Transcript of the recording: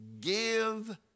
give